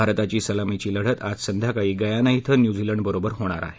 भारताची सलामीची लढत आज संध्याकाळी गयाना इथं न्यूझीलंडबरोबर होणार आहे